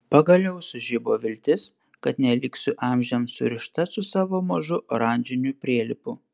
pagaliau sužibo viltis kad neliksiu amžiams surišta su savo mažu oranžiniu prielipu